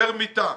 פר מיטה.